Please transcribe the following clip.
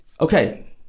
Okay